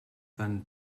than